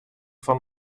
fan